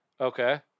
Okay